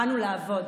באנו לעבוד,